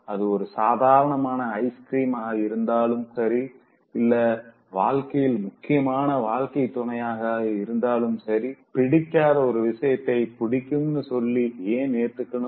அது ஒரு சாதாரணமான ஐஸ்கிரீமா இருந்தாலும் சரி இல்ல வாழ்க்கையில் முக்கியமான வாழ்க்கை துணையாக இருந்தாலும் சரி பிடிக்காத ஒரு விஷயத்த புடிக்கும்னு சொல்லி ஏன் ஏத்துக்கணும்